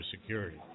security